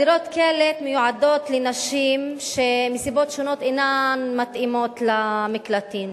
דירות הקלט מיועדות לנשים שמסיבות שונות אינן מתאימות למקלטים.